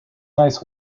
nice